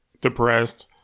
depressed